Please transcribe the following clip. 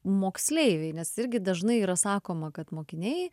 moksleiviai nes irgi dažnai yra sakoma kad mokiniai